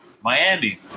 Miami